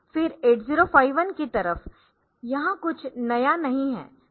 फिर 8051 की तरफ यहां कुछ नया नहीं है